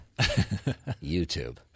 YouTube